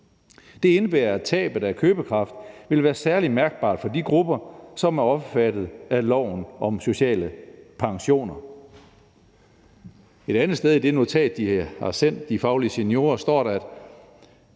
Det indebærer, at tabet af købekraft vil være særlig mærkbart for de grupper, som er omfattet af loven om sociale pensioner.« Et andet sted i det notat, Faglige Seniorer har sendt,